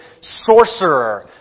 sorcerer